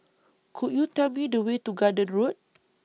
Could YOU Tell Me The Way to Garden Road